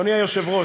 אדוני היושב-ראש,